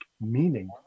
meaning